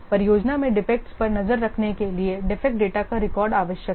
परियोजना में डिफेक्टस पर नज़र रखने के लिए डिफेक्ट डेटा का रिकॉर्ड आवश्यक है